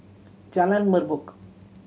Jalan Merbok